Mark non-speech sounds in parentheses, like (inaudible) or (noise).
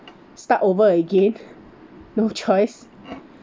start over again (laughs) no choice